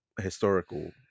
historical